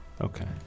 Okay